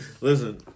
Listen